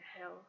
hell